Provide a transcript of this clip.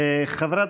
חברת